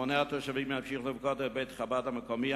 המוני התושבים ימשיכו לפקוד את בית-חב"ד המקומי.